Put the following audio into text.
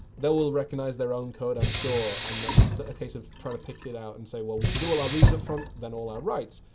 they will recognize their own code, i'm sure. and then it's a case of trying to pick it out and say, well, we should do all our reads up front, then all our writes.